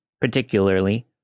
particularly